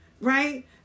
Right